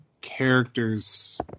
characters